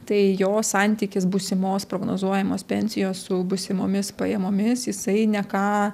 tai jo santykis būsimos prognozuojamos pensijos su būsimomis pajamomis jisai ne ką